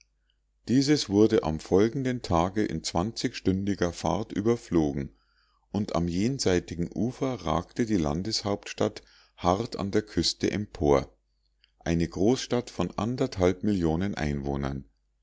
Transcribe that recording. dieses wurde am folgenden tage in stündiger fahrt überflogen und am jenseitigen ufer ragte die landeshauptstadt hart an der küste empor eine großstadt von anderthalb millionen einwohnern